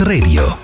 Radio